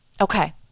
Okay